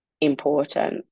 important